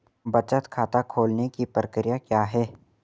बचत खाता खोलने की प्रक्रिया क्या है?